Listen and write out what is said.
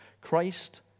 Christ